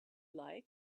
like